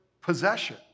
possession